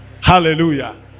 Hallelujah